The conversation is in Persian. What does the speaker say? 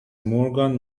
مورگان